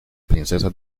princesa